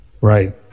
right